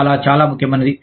చాలా చాలా ముఖ్యమైనది